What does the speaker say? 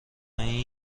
این